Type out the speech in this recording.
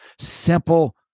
simple